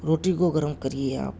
روٹی کو گرم کریئے آپ